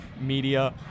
Media